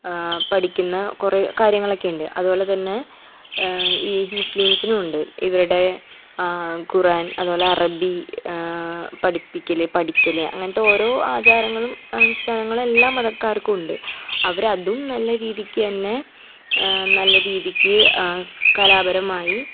പഠിയ്ക്കുന്ന കുറെ കാര്യങ്ങളൊക്കെയുണ്ട് അതുപോലെ തന്നെ ഈ മുസ്ലിംസിനുവുണ്ട് ഇവരുടെ ഖുറാൻ അതുപോലെ അറബി പഠിപ്പിക്കൽ പഠിക്കൽ അങ്ങനത്തെ ഓരോ ആചാരങ്ങളും അനിഷ്ഠാനങ്ങളും എല്ലാ മതക്കാർക്കുവുണ്ട് അവരതും നല്ല രീതിയ്ക്കന്നെ നല്ല രീതിക്ക് കലാപരമായി